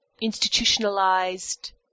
institutionalized